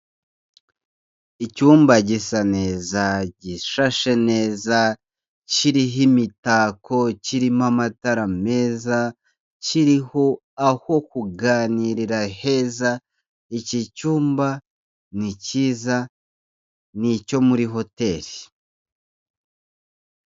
Icyumba gisa neza gishashe neza kiriho imitako, kirimo amatara meza, kiriho aho kuganirira heza, iki cyumba ni cyiza n'icyo muri hoteli.